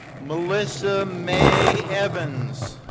melissa may evans.